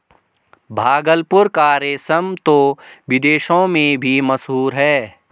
भागलपुर का रेशम तो विदेशों में भी मशहूर है